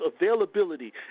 availability